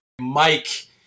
Mike